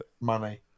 money